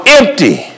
empty